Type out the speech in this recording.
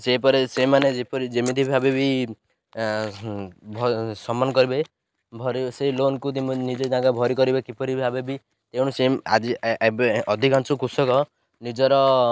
ସେପରି ସେମାନେ ଯେପରି ଯେମିତି ଭାବେ ବି ସମ୍ମାନ କରିବେ ସେଇ ଲୋନ୍କୁ ନିଜେ ତାଙ୍କ ଭରି କରିବେ କିପରି ଭାବେ ବି ତେଣୁ ସେମ୍ ଆଜି ଏବେ ଅଧିକାଂଶ କୃଷକ ନିଜର